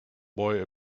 boy